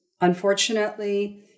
unfortunately